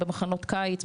במחנות קיץ,